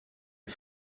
est